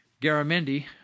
Garamendi